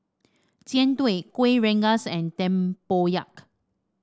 Jian Dui Kuih Rengas and Tempoyak